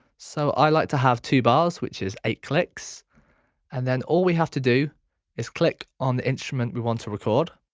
so i like to have two bars which is eight clicks and then all we have to do is click on the instrument we want to recording